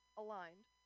aligned